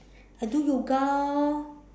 I do yoga lor